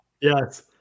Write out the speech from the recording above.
Yes